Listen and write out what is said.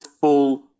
full